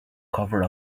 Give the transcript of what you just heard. cover